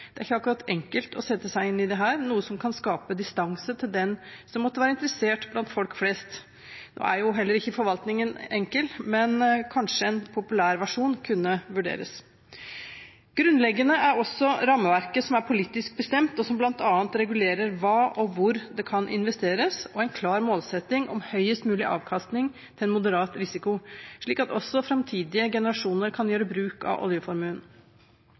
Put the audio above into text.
Det er ikke akkurat enkelt å sette seg inn i dette, noe som kan skape distanse til den som måtte være interessert blant folk flest. Nå er jo heller ikke forvaltningen enkel, men kanskje en populær versjon kunne vurderes. Grunnleggende er også rammeverket som er politisk bestemt, og som bl.a. regulerer hva og hvor det kan investeres, og en klar målsetting om høyest mulig avkastning til en moderat risiko, slik at også framtidige generasjoner kan gjøre bruk av oljeformuen.